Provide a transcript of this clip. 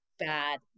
bad